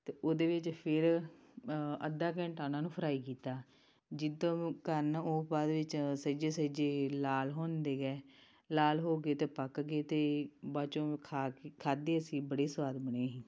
ਅਤੇ ਉਹਦੇ ਵਿੱਚ ਫਿਰ ਅੱਧਾ ਘੰਟਾ ਉਹਨਾਂ ਨੂੰ ਫਰਾਈ ਕੀਤਾ ਜਿਸ ਤੋਂ ਕਾਰਨ ਉਹ ਬਾਅਦ ਵਿੱਚ ਸਹਿਜੇ ਸਹਿਜੇ ਲਾਲ ਹੁੰਦੇ ਗਏ ਲਾਲ ਹੋ ਕੇ ਅਤੇ ਪੱਕ ਗਏ ਅਤੇ ਬਾਅਦ ਚੋਂ ਖਾ ਖਾਦੇ ਅਸੀਂ ਬੜੇ ਸਵਾਦ ਬਣੇ ਸੀ